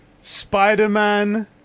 Spider-Man